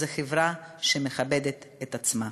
זו חברה שמכבדת את עצמה.